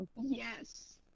Yes